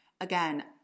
Again